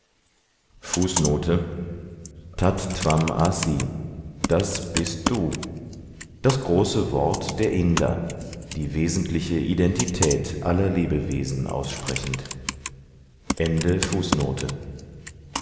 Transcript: tat tvam asi das bist du das große wort der inder die wesentliche identität aller lebewesen aussprechend